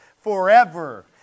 forever